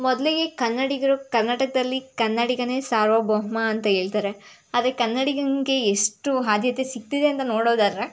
ಮೊದಲಿಗೆ ಕನ್ನಡಿಗರು ಕರ್ನಾಟಕದಲ್ಲಿ ಕನ್ನಡಿಗನೇ ಸಾರ್ವಭೌಮ ಅಂತ ಹೇಳ್ತಾರೆ ಆದರೆ ಕನ್ನಡಿಗಂಗೆ ಎಷ್ಟು ಆದ್ಯತೆ ಸಿಕ್ತಿದೆ ಅಂತ ನೋಡೋದಾದರೆ